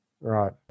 Right